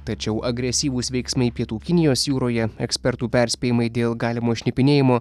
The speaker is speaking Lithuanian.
tačiau agresyvūs veiksmai pietų kinijos jūroje ekspertų perspėjimai dėl galimo šnipinėjimo